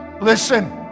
Listen